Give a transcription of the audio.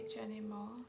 anymore